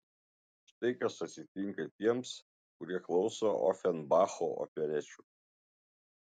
štai kas atsitinka tiems kurie klauso ofenbacho operečių